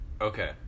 Okay